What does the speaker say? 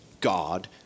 God